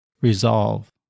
resolve